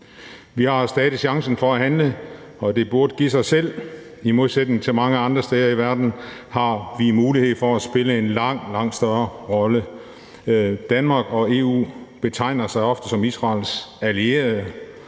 Vi har stadig chancen for at handle, og det burde give sig selv, for i modsætning til mange andre steder i verden har vi mulighed for at spille en langt, langt større rolle. Danmark og EU betegner sig ofte som Israels allierede,